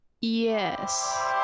Yes